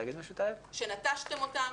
שנטשתם אותם.